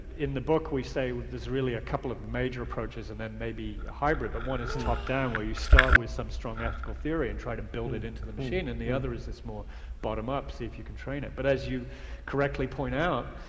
in the book we say there's really a couple of major approaches and and maybe a hybrid, but one is top-down where you start with some strong ethical theory and try to build it into the machine and the other is this more bottom-up, see if you can train it. but as you correctly point out,